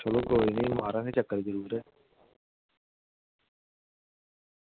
चलो कोई निं मारगे चक्कर जरूर